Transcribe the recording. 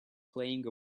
playing